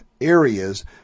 areas